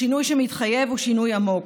השינוי שמתחייב הוא שינוי עמוק,